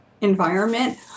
environment